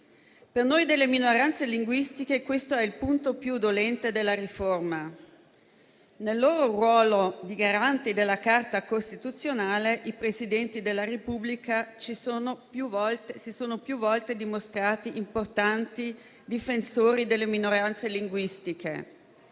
Per noi delle minoranze linguistiche questo è il punto più dolente della riforma. Nel loro ruolo di garanti della Carta costituzionale, i Presidenti della Repubblica si sono più volte dimostrati importanti difensori delle minoranze linguistiche.